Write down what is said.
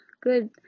good